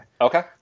Okay